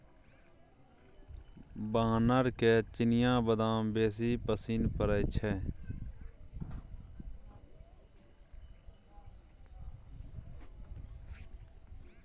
बानरके चिनियाबदाम बेसी पसिन पड़य छै